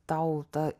tau ta